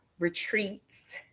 retreats